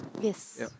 Yes